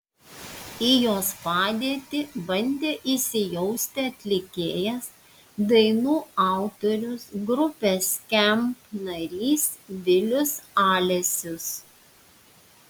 į jos padėtį bandė įsijausti atlikėjas dainų autorius grupės skamp narys vilius alesius